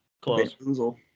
Close